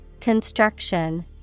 Construction